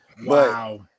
Wow